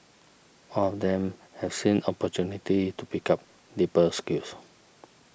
all of them have seen opportunity to pick up deeper skills